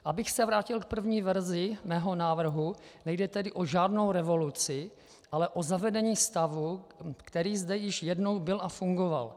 Abych se vrátil k první verzi svého návrhu, nejde tedy o žádnou revoluci, ale o zavedení stavu, který zde již jednou byl a fungoval.